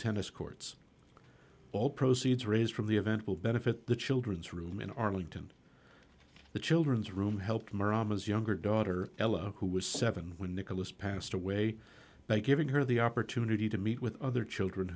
tennis courts all proceeds raised from the event will benefit the children's room in arlington the children's room helped my rama's younger daughter ella who was seven when nicholas passed away by giving her the opportunity to meet with other children